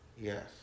Yes